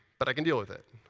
but i can deal with it.